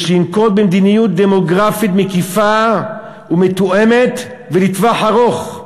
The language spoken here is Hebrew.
יש "לנקוט מדיניות דמוגרפית מקיפה ומתואמת ולטווח ארוך,